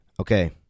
Okay